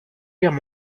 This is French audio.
guerre